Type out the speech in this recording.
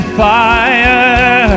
fire